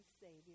Savior